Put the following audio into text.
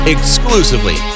Exclusively